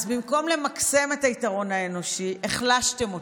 אז במקום למקסם את היתרון האנושי, החלשתם אותו,